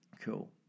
Cool